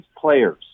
players